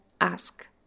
ask